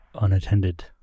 unattended